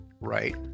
right